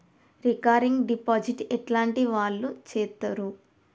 Recurring deposit ఎట్లాంటి వాళ్లు చేత్తరు?